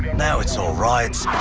now it's all riots,